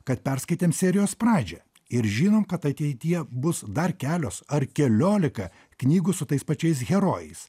kad perskaitėm serijos pradžią ir žinom kad ateityje bus dar kelios ar keliolika knygų su tais pačiais herojais